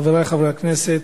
חברי חברי הכנסת,